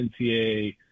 NCA